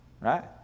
Right